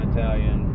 Italian